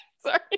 sorry